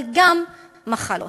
אבל גם מחלות.